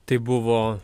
tai buvo